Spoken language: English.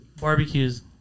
barbecues